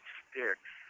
sticks